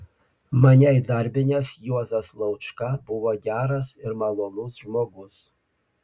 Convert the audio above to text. mane įdarbinęs juozas laučka buvo geras ir malonus žmogus